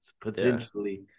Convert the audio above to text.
potentially